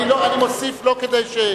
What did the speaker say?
אני מוסיף לא כדי,